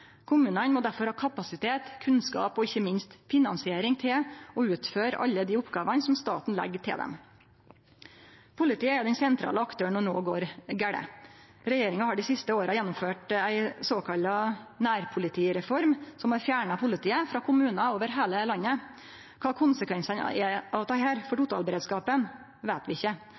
Kommunane må derfor ha kapasitet, kunnskap og ikkje minst finansiering til å utføre alle dei oppgåvene som staten legg til dei. Politiet er den sentrale aktøren når noko går gale. Regjeringa har dei siste åra gjennomført ei såkalla nærpolitireform som har fjerna politiet frå kommunar over heile landet. Kva konsekvensane av dette er for totalberedskapen, veit vi ikkje,